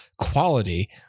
quality